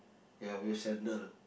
ya with sandal